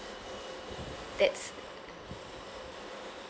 that's